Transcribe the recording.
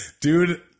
Dude